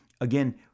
Again